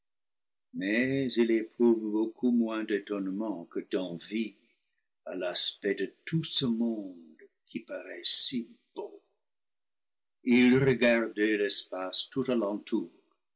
mais il éprouve beaucoup moins d'étonnement que d'envie à l'aspect de tout ce monde qui paraît si beau il regardait l'espace tout à l'entour